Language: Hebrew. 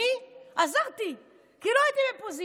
אני עזרתי, כי לא הייתי בפוזיציה.